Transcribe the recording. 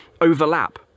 overlap